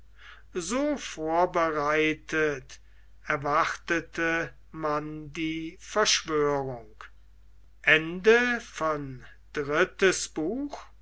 so vorbereitet erwartete man die verschwörung